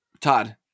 Todd